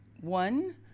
one